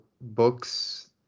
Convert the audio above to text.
books